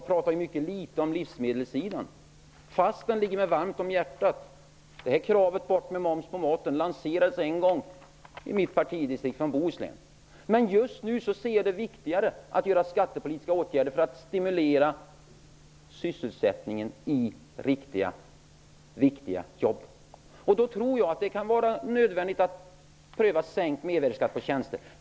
Jag pratar mycket litet om livsmedelssidan fast den ligger mig varmt om hjärtat. Kravet att momsen på mat skall tas bort lanserades en gång i mitt partidistrikt i Bohuslän. Men just nu anser jag att det är viktigare att vidta skattepolitiska åtgärder för att stimulera sysselsättningen i riktiga och viktiga jobb. Då tror jag att det kan vara nödvändigt att pröva sänkt mervärdesskatt på tjänster.